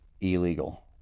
Illegal